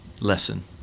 lesson